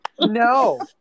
No